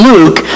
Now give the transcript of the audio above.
Luke